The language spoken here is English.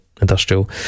industrial